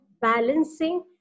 balancing